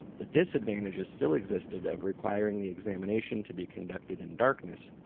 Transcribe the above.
the disadvantages still existed of requiring the examination to be conducted in darkness,